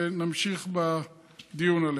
ונמשיך בדיון עליה.